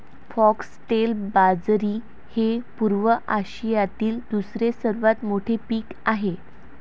foxtail बाजरी हे पूर्व आशियातील दुसरे सर्वात मोठे पीक आहे